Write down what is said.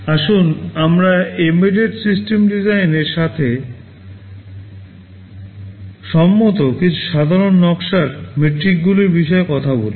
আসুন আমরা embedded system ডিজাইনের সাথে সম্মত কিছু সাধারণ নকশার মেট্রিকগুলির বিষয়ে কথা বলি